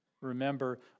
Remember